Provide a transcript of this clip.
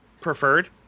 preferred